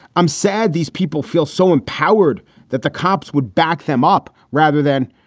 i'm sad these people feel so empowered that the cops would back them up rather than,